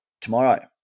tomorrow